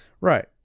right